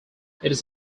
its